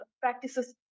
practices